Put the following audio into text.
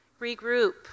regroup